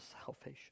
salvation